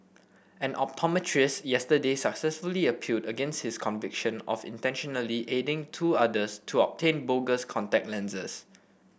an optometrist yesterday successfully appealed against his conviction of intentionally aiding two others to obtain bogus contact lenses